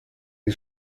die